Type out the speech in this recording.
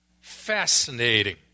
Fascinating